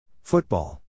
Football